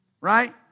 Right